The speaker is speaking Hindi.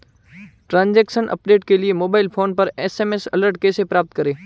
ट्रैन्ज़ैक्शन अपडेट के लिए मोबाइल फोन पर एस.एम.एस अलर्ट कैसे प्राप्त करें?